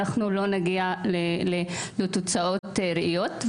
לא נגיע לתוצאות ראויות.